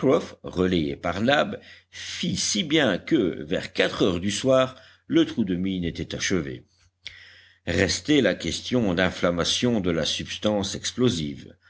relayé par nab fit si bien que vers quatre heures du soir le trou de mine était achevé restait la question d'inflammation de la substance explosive